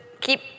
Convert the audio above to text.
keep